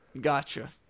Gotcha